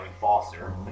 Foster